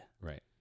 Right